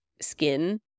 skin